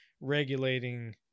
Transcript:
regulating